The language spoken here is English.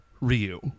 Ryu